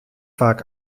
vaak